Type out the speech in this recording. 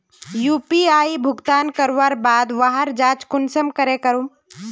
UPI भुगतान करवार बाद वहार जाँच कुंसम करे करूम?